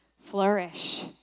flourish